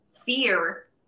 fear